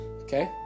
Okay